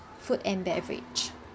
food and beverage